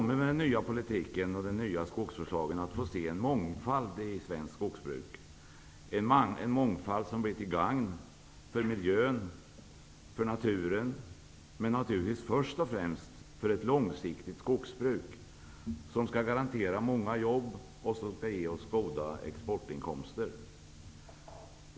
Med den nya politiken och den nya skogsvårdslagen kommer vi att få se en mångfald i svenskt skogsbruk. Det är en mångfald som blir till gagn för miljön, naturen och först och främst för ett långsiktigt skogsbruk. Den skall garantera många jobb och ge oss goda exportinkomster.